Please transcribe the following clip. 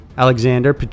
Alexander